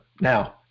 Now